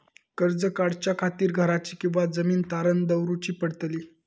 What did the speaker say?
कर्ज काढच्या खातीर घराची किंवा जमीन तारण दवरूची पडतली?